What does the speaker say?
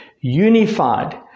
unified